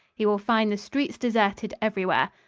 he will find the streets deserted everywhere.